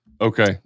okay